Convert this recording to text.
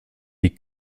die